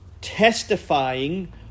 testifying